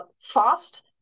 fast